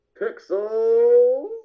Pixel